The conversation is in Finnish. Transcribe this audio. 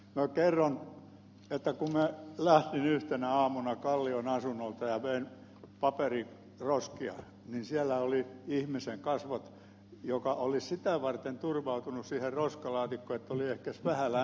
minä kerron että kun minä lähdin yhtenä aamuna kallion asunnoltani ja vein paperiroskia niin siellä oli kasvot ihminen joka oli sitä varten turvautunut siihen roskalaatikkoon että oli ehkä vähän lämpöisempää olla